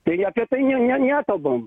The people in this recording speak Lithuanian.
tai apie tai ne ne ne nekalbam